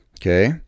okay